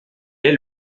est